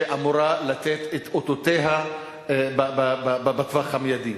שאמורה לתת את אותותיה בטווח המיידי.